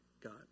God